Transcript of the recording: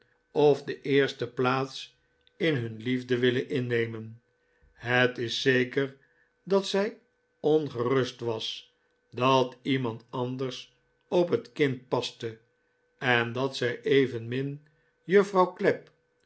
of de eerste plaats in hun liefde willen innemen het is zeker dat zij ongerust was als iemand anders op het kind paste en dat zij evenmin juffrouw clapp